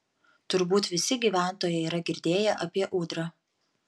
turbūt visi gyventojai yra girdėję apie ūdrą